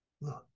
Look